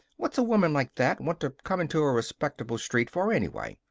what's a woman like that want to come into a respectable street for, anyway?